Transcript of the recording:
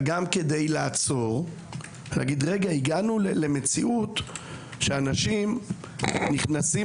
גם כדי לעצור ולהגיד שהגענו למציאות שאנשים נכנסים